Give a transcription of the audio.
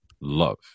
love